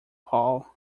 paul